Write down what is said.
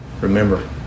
Remember